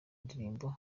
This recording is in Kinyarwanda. indirimbo